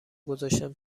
گذاشتم